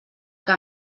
que